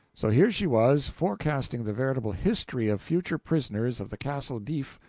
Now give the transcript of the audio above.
so here she was, forecasting the veritable history of future prisoners of the castle d'if,